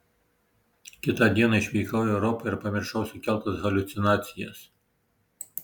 kitą dieną išvykau į europą ir pamiršau sukeltas haliucinacijas